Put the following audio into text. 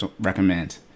recommend